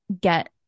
get